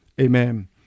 amen